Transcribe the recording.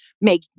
make